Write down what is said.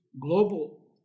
global